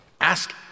ask